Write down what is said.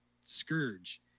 scourge